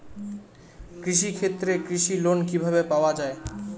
কৃষি ক্ষেত্রে কৃষি লোন কিভাবে পাওয়া য়ায়?